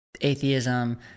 atheism